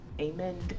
Amen